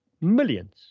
millions